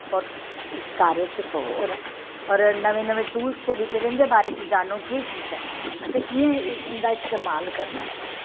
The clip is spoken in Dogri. और तुस इस कार्य च पवो नमें नमें टूल चली पेदे न इंदे बाकरे च जीनो केह् चीज़ ऐ असैं कियां इंदा इस्तेमाल करनां ऐ